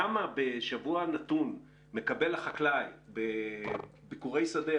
כמה בשבוע נתון מקבל החקלאי בביכורי שדה,